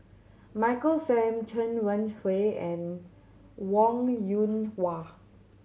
Michael Fam Chen Wen Hsi and Wong Yoon Wah